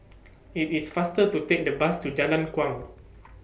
IT IS faster to Take The Bus to Jalan Kuang